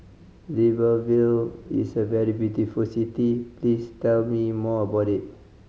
Libreville is a very beautiful city please tell me more about it